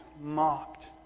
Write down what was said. mocked